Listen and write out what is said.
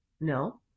no